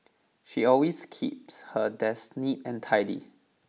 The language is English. she always keeps her desk neat and tidy